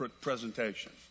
presentation